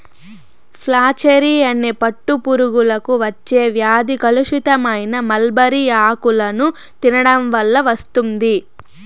flacherie అనే పట్టు పురుగులకు వచ్చే వ్యాధి కలుషితమైన మల్బరీ ఆకులను తినడం వల్ల వస్తుంది